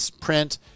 print